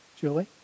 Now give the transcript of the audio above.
julie